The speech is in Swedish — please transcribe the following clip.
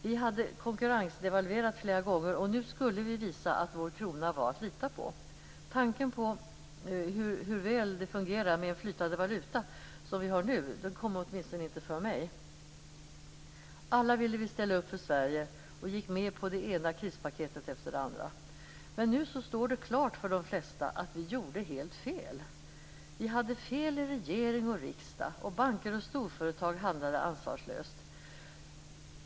Vi hade konkurrensdevalverat flera gånger, och nu skulle vi visa att vår krona var att lita på. Tanken på hur väl det fungerar med en flytande valuta, som vi har nu, kom åtminstone inte för mig. Alla ville vi ställa upp för Sverige, och vi gick med på det ena krispaketet efter det andra. Men nu står det klart för de flesta att vi gjorde helt fel. Vi hade fel i regering och riksdag. Banker och storföretag handlade ansvarslöst.